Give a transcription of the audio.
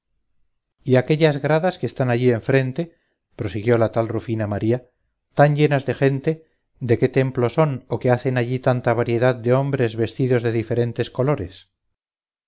y aquellas gradas que están allí enfrente prosiguió la tal rufina maría tan llenas de gente de qué templo son o qué hacen allí tanta variedad de hombres vestidos de diferentes colores